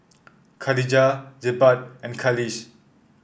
Khadija Jebat and Khalish